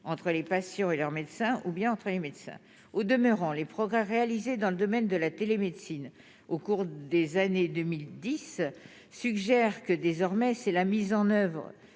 entre les patients et leurs médecins ou bien entre les médecins, au demeurant, les progrès réalisés dans le domaine de la télémédecine au cours des années 2010 suggère que, désormais, c'est la mise en oeuvre